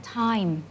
time